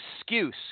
excuse